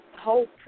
hope